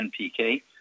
NPK